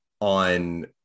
on